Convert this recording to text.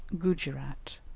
Gujarat